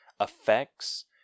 effects